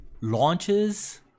launches